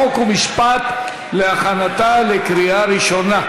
חוק ומשפט להכנתה לקריאה ראשונה.